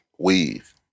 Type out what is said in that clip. Weave